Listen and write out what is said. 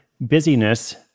busyness